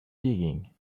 digging